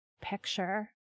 picture